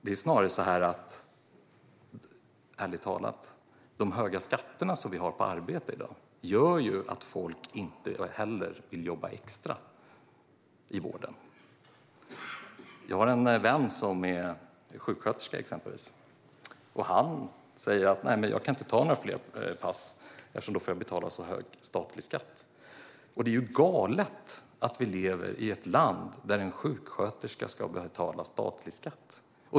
Ärligt talat är det snarare så att de höga skatter som vi har på arbete i dag gör att folk inte vill jobba extra i vården. Jag har en vän som är sjuksköterska. Han säger att han inte kan ta några fler pass eftersom han då får betala så hög statlig skatt. Det är galet att vi lever i ett land där en sjuksköterska ska betala statlig skatt.